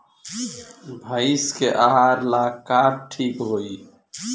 भइस के आहार ला का ठिक होई?